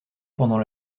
pendant